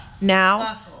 Now